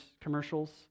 commercials